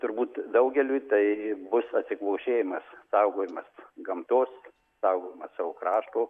turbūt daugeliui tai bus atsikvošėjimas saugojimas gamtos saugojimas savo krašto